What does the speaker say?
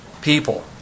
people